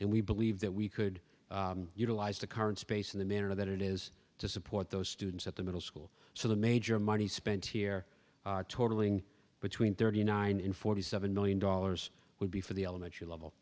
and we believe that we could utilize the current space in the manner that it is to support those students at the middle school so the major money spent here totaling between thirty nine in forty seven million dollars would be for the elementary level